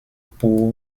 pour